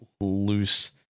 loose